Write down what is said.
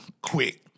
quick